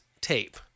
tape